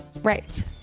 Right